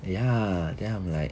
ya then I'm like